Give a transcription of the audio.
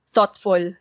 thoughtful